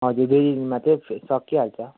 हजुर दुई दिनमा चाहिँ सकिहाल्छ